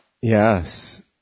Yes